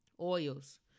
oils